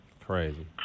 Crazy